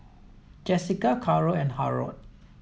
Jesica Karol and Harold